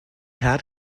had